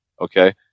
Okay